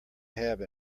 have